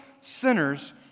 sinners